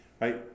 right